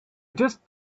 just